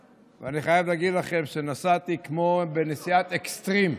ואני חייב להגיד לכם שנסעתי כמו בנסיעת אקסטרים.